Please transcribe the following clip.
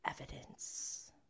evidence